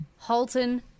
Halton